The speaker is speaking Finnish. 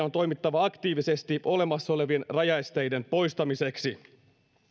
on toimittava aktiivisesti olemassa olevien rajaesteiden poistamiseksi